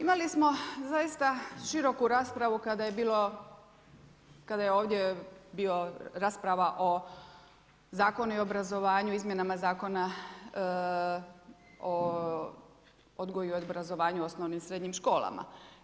Imali smo zaista široku raspravu kada je bilo, kada je ovdje bila rasprava o zakonu i obrazovanju, Izmjenama zakona o odgoju i obrazovanju u osnovnim i srednjim školama.